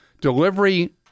Delivery